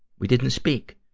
we didn't speak.